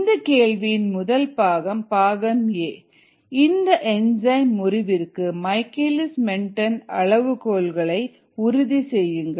இந்த கேள்வியின் முதல் பாகம் பாகம் a இந்த என்சைம் முறிவிற்கு மைக்கேலிஸ் மென்டென் அளவுகோல்கள் ஐ உறுதி செய்யுங்கள்